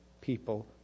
people